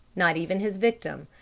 not even his victim!